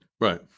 Right